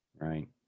right